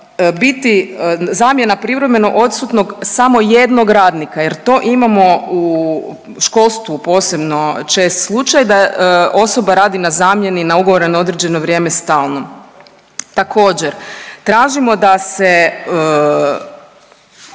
biti zamjena privremeno odsutnog samo jednog radnika jer to imamo u školstvu posebno čest slučaj da osoba radi na zamjeni, na ugovore na određeno vrijeme stalno. Također, tražimo da se